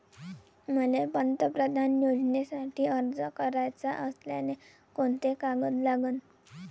मले पंतप्रधान योजनेसाठी अर्ज कराचा असल्याने कोंते कागद लागन?